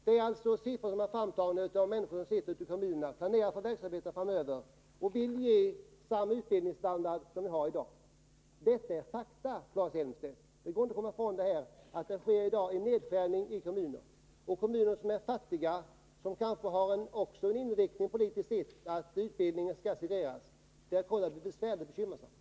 Detta är alltså siffror som har tagits fram av människor som sitter ute i kommunerna och planerar för verksamheten framöver och som vill bevara samma utbildningsstandard som den de har i dag. Detta är fakta, Claes Elmstedt. Det går inte att komma ifrån att det i dag sker en nedskärning i kommunerna. De kommuner som är fattiga och som kanske också har den politiska inriktningen att beträffande utbildningen cedera kommer att få det bekymmersamt.